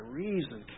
reason